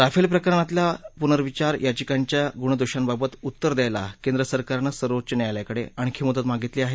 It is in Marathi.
राफेल प्रकरणातल्या पुनर्विचार याचिकांच्या गुणदोषांबाबत उत्तर द्यायला केंद्र सरकारनं सर्वोच्च न्यायालयाकडे आणखी मुदत मागितली आहे